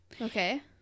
Okay